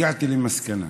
הגעתי למסקנה,